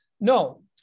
No